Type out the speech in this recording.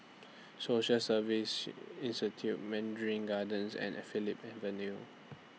Social Service Institute Mandarin Gardens and Phillips Avenue